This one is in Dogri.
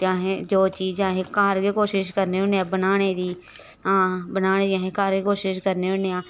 ते असें जो चीज़ अस घर गै कोशश करने होन्ने आं बनाने दी हां बनाने दी अस घर गै कोशश करने होन्ने आं